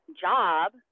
job